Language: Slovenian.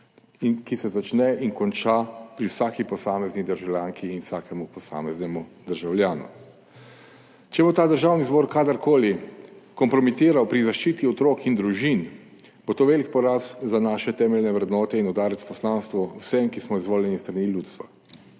državljanki in vsakemu posameznemu državljanu. Če bo Državni zbor kadarkoli kompromitiral pri zaščiti otrok in družin, bo to velik poraz za naše temeljne vrednote in udarec poslanstvu vsem, ki smo izvoljeni s strani ljudstva.